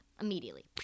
immediately